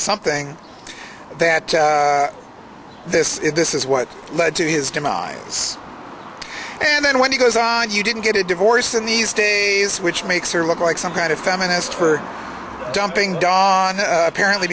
something that this is this is what led to his demise and then when he goes on you didn't get a divorce in these days which makes her look like some kind of feminist for dumping dawn apparently